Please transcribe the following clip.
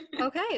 Okay